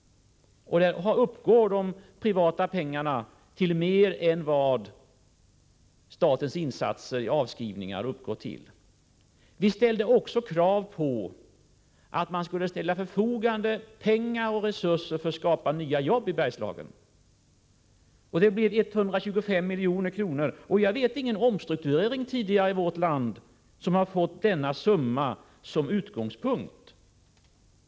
Därför uppgår de privata pengarna till mer än vad statens insatser i form av avskrivningar uppgår till. Vi ställde också krav på att man skulle ställa pengar och resurser till förfogande för att skapa nya jobb i Bergslagen. Det blev 125 miljoner, och jag känner inte till någon omstrukturering i vårt land där man har fått motsvarande summa.